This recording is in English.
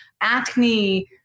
acne